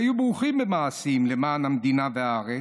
שהיו ברוכים במעשים למען המדינה והארץ,